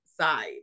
side